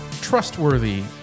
trustworthy